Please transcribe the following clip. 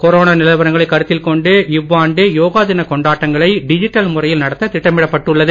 corona நிலவரங்களை கருத்தில் கொண்டு இவ்வாண்டு யோகா தினக் கொண்டாட்டங்களை டிஜிட்டல் முறையில் நடத்த திட்டமிடப்பட்டுள்ளது